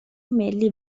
ملی